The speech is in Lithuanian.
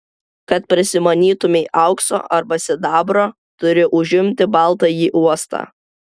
kad prasimanytumei aukso arba sidabro turi užimti baltąjį uostą